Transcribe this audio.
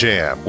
Jam